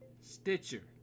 Stitcher